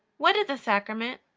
what is a sacrament?